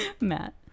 Matt